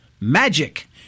magic